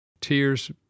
Tears